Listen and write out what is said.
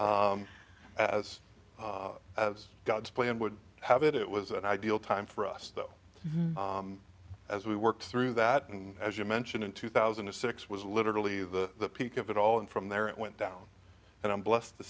as god's plan would have it it was an ideal time for us though as we worked through that and as you mentioned in two thousand and six was literally the peak of it all and from there it went down and i'm blessed to